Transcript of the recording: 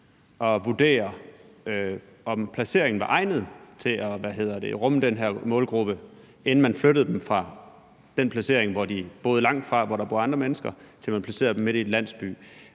at vurdere, om placeringen var egnet til at rumme den her målgruppe, inden man flyttede dem fra den placering, som de boede langt fra, og hvor der bor andre mennesker, til man placerede dem midt i en landsby.